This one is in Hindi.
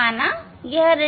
माना यह d1 है